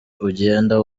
ugenda